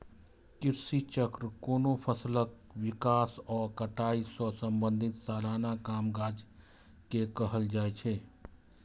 कृषि चक्र कोनो फसलक विकास आ कटाई सं संबंधित सलाना कामकाज के कहल जाइ छै